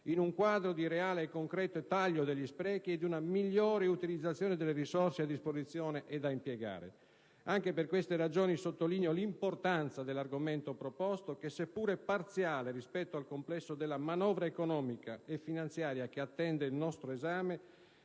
in un quadro di reale e concreto taglio degli sprechi e di una migliore utilizzazione delle risorse a disposizione e da impiegare. Anche per queste ragioni sottolineo l'importanza dell'argomento proposto che, seppur parziale rispetto al complesso della manovra economica e finanziaria che attende il nostro esame,